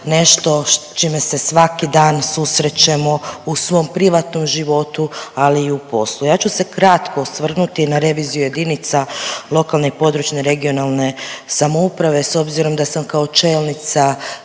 nešto čime se svaki dan susrećemo u svom privatnom životu, ali i u poslu. Ja ću se kratko osvrnuti na reviziju jedinica lokalne i područne (regionalne) samouprave s obzirom da sam kao čelnica